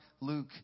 Luke